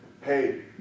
hey